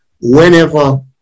whenever